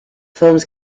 films